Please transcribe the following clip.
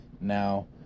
Now